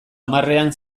hamarrean